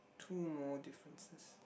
two more differences